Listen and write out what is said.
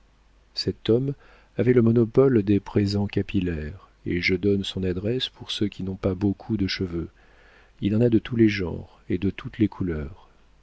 cet homme avait le monopole des présents capillaires et je donne son adresse pour ceux qui n'ont pas beaucoup de cheveux il en a de tous les genres et de toutes les couleurs